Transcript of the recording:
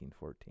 1914